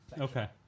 Okay